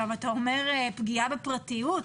אתה אומר פגיעה בפרטיות.